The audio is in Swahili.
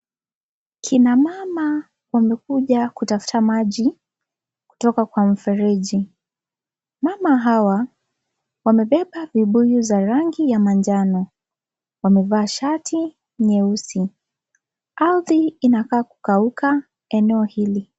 Kinanmama wamekuja kutafta maji kutoka Kwa mfereji ,mama hawa wamebeba vibuyu za rangi ya manjano ,wamevaa ahati ardhi kikeima